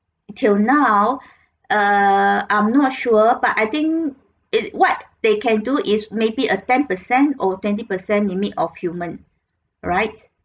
till now err I'm not sure but I think it what they can do is maybe a ten percent or twenty percent limit of human right